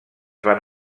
van